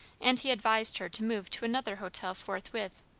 and he advised her to move to another hotel forthwith.